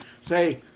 say